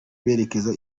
berekeza